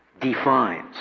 defines